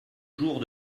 jours